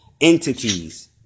entities